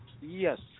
yes